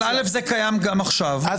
זה קיים גם עכשיו,